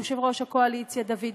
יושב-ראש הקואליציה דוד ביטן,